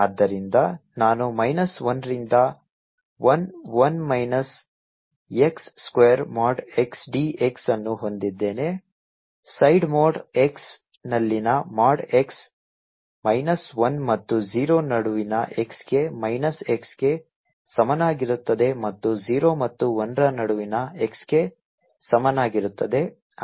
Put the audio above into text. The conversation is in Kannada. ಆದ್ದರಿಂದ ನಾನು ಮೈನಸ್ 1 ರಿಂದ 1 1 minus x square mod x d x ಅನ್ನು ಹೊಂದಿದ್ದೇನೆ ಸೈಡ್ ಮೋಡ್ x ನಲ್ಲಿನ ಮಾಡ್ x ಮೈನಸ್ 1 ಮತ್ತು 0 ನಡುವಿನ x ಗೆ ಮೈನಸ್ x ಗೆ ಸಮನಾಗಿರುತ್ತದೆ ಮತ್ತು 0 ಮತ್ತು 1 ರ ನಡುವಿನ x ಗೆ ಸಮನಾಗಿರುತ್ತದೆ